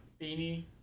Beanie